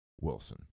Wilson